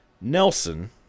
Nelson